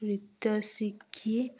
ନୃତ୍ୟ ଶିଖି